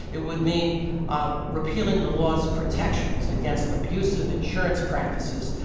it would mean um repealing the laws' protections against abusive insurance practices,